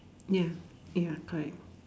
ya ya correct